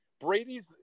Brady's